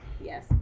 Yes